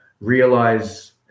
realize